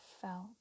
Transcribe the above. felt